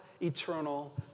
eternal